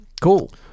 cool